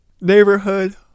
neighborhood